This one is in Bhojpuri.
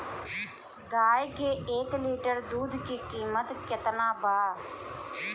गाए के एक लीटर दूध के कीमत केतना बा?